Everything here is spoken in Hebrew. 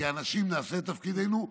כאנשים נעשה את תפקידנו,